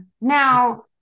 Now